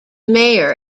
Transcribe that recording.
mayor